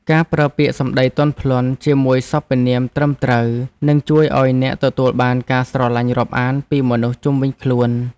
ការប្រើពាក្យសម្តីទន់ភ្លន់ជាមួយសព្វនាមត្រឹមត្រូវនឹងជួយឱ្យអ្នកទទួលបានការស្រឡាញ់រាប់អានពីមនុស្សជុំវិញខ្លួន។